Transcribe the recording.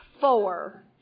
four